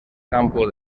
campo